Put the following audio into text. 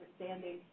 understanding